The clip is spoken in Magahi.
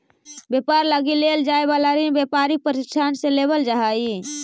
व्यापार लगी लेल जाए वाला ऋण व्यापारिक प्रतिष्ठान से लेवल जा हई